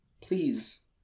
Please